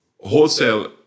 wholesale